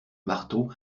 marteau